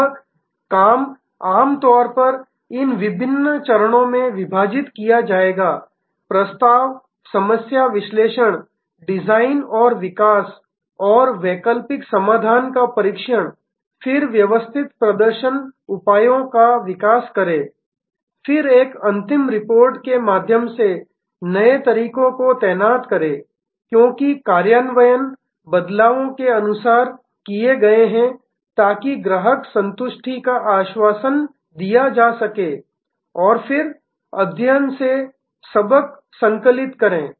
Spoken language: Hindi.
वह काम आमतौर पर इन विभिन्न चरणों में विभाजित किया जाएगा प्रस्ताव समस्या विश्लेषण डिजाइन और विकास और वैकल्पिक समाधान का परीक्षण फिर व्यवस्थित प्रदर्शन उपायों का विकास करें फिर एक अंतिम रिपोर्ट के माध्यम से नए तरीकों को तैनात करें क्योंकि कार्यान्वयन बदलावों के अनुसार किए गए हैं ताकि ग्राहक संतुष्टि का आश्वासन दिया जा सके और फिर अध्ययन से सबक संकलित करें